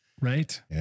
Right